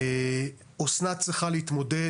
אסנת צריכה להתמודד,